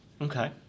Okay